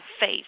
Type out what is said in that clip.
faith